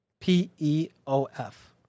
P-E-O-F